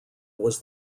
was